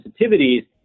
sensitivities